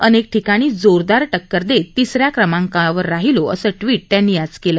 अनेक ठिकाणी जोरदार टक्कर देत तिस या क्रमांकावर राहिलो असं ट्विट त्यांनी आज केलं